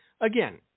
again